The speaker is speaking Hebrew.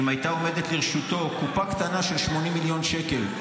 אם הייתה עומדת לרשותו קופה קטנה של 80 מיליון שקל,